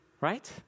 right